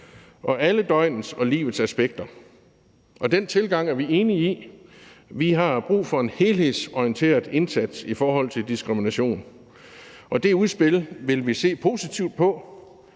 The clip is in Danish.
og alle døgnets og livets aspekter. Og den tilgang er vi enige i. Vi har brug for en helhedsorienteret indsats i forhold til diskrimination. Det udspil vil vi se positivt på,